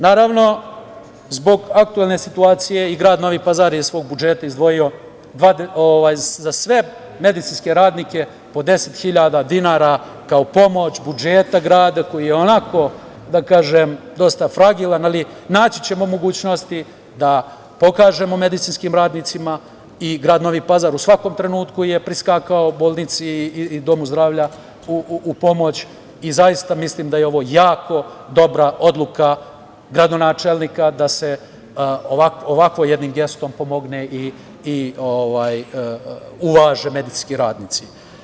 Naravno, zbog aktuelne situacije i grad Novi Pazar je iz svog budžeta izdvojio za sve medicinske radnike po 10.000 dinara, kao pomoć budžeta grada koji je onako, da kažem, dosta fragilan, ali naći ćemo mogućnosti da pokažemo medicinskim radnicima i grad Novi Pazar u svakom trenutku je priskakao bolnici i domu zdravlja u pomoć i zaista mislim da je ovo jako dobra odluka gradonačelnika da se ovakvim jednim gestom pomogne i uvaže medicinski radnici.